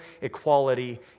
equality